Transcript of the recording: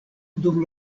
dum